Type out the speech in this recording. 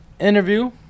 interview